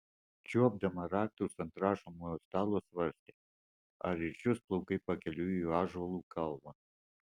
čiuopdama raktus ant rašomojo stalo svarstė ar išdžius plaukai pakeliui į ąžuolų kalvą